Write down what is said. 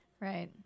right